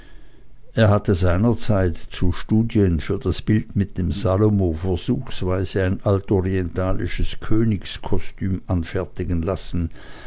er hatte seinerzeit zu studien für das bild mit dem salomo versuchsweise ein altorientalisches königskostüm anfertigen lassen